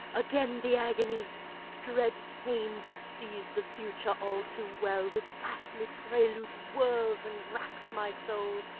again the agony dread pain that sees the future all too well with ghastly preludes whirls and racks my soul.